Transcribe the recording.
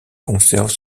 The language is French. conserve